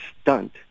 stunt